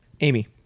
Amy